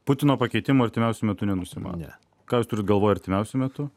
putino pakeitimų artimiausiu metu nenusimato ką jūs turit galvoj artimiausiu metu